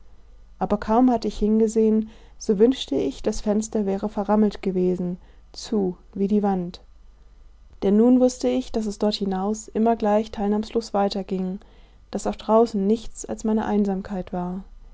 aber kaum hatte ich hingesehen so wünschte ich das fenster wäre verrammelt gewesen zu wie die wand denn nun wußte ich daß es dort hinaus immer gleich teilnahmslos weiterging daß auch draußen nichts als meine einsamkeit war